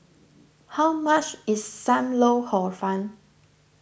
how much is Sam Lau Hor Fun